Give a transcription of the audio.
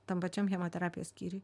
tam pačiam chemoterapijos skyriuj